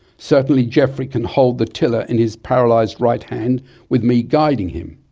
certainly geoffrey can hold the tiller in his paralysed right hand with me guiding him,